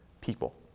people